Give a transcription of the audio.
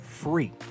free